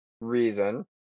reason